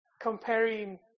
comparing